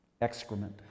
excrement